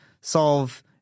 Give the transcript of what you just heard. solve